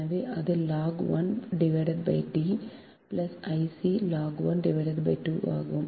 எனவே அது log 1 D I c log 1 D ஆக இருக்கும்